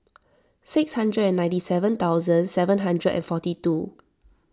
six hundred and ninety seven thousand seven hundred and forty two